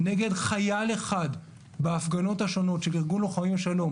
נגד חייל אחד בהפגנות השונות של ארגון לוחמים לשלום,